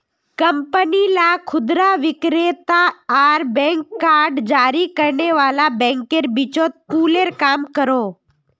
company ला खुदरा विक्रेता आर बैंक कार्ड जारी करने वाला बैंकेर बीचोत पूलेर काम करोहो